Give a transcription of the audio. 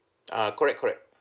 ah correct correct